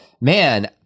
man